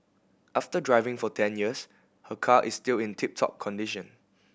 after driving for ten years her car is still in tip top condition